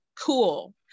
Cool